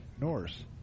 Norse